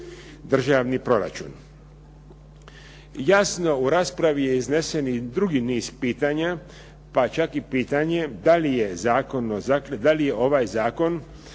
državni proračun. Jasno raspravi je iznesen i drugi niz pitanja, pa čak i pitanje da li je ovaj zakon